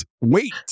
wait